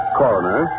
coroner